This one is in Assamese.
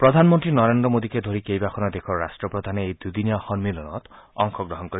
প্ৰধানমন্ত্ৰী নৰেন্দ্ৰ মোডীকে ধৰি কেইবাখনো দেশৰ ৰাট্টপ্ৰধানে এই দুদিনীয়া সমিলনত অংশগ্লহণ কৰিব